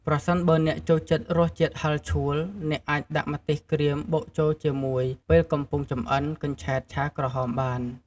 ប្រសិនបើអ្នកចូលចិត្តរសជាតិហឹរឆួល អ្នកអាច ដាក់ម្ទេសក្រៀមបុកចូលជាមួយ ពេលកំពុងចម្អិនកញ្ឆែតឆាក្រហមបាន។